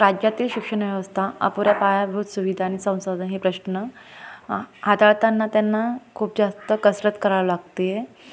राज्यातील शिक्षणव्यवस्था अपुऱ्या पायाभूत सुविधा आणि संसाधन हे प्रश्न हाताळताना त्यांना खूप जास्त कसरत करावं लागते